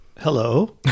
Hello